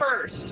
first